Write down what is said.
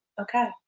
Okay